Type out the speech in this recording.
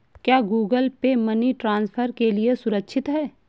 क्या Google Pay money transfer के लिए सुरक्षित है?